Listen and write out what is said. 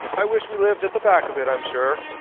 i wish we lived at the back of it, i'm sure.